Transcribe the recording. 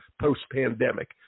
post-pandemic